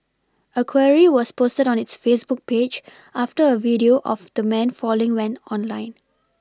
a query was posted on its Facebook page after a video of the man falling went online